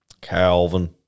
Calvin